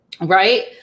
right